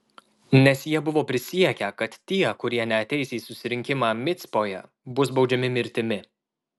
nes jie buvo prisiekę kad tie kurie neateis į susirinkimą micpoje bus baudžiami mirtimi